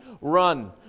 run